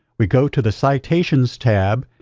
we go to the citations tab,